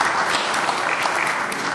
(מחיאות כפיים)